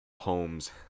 homes